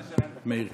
שלום,